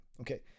Okay